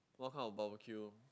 what kind of barbeque